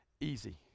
easy